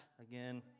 again